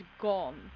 gone